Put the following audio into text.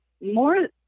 more